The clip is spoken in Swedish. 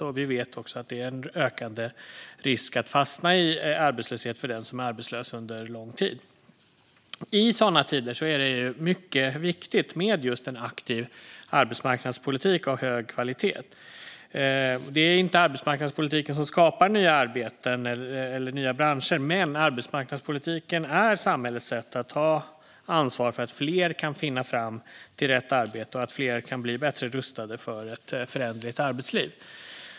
Och vi vet att det är en ökande risk att fastna i arbetslöshet för den som är arbetslös under lång tid. I sådana tider är det mycket viktigt med just en aktiv arbetsmarknadspolitik av hög kvalitet. Det är inte arbetsmarknadspolitiken som skapar nya arbeten eller branscher, men arbetsmarknadspolitiken är samhällets sätt att ta ansvar för att fler kan hitta fram till rätt arbete och att fler kan bli bättre rustade för ett föränderligt arbetsliv.